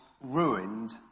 ruined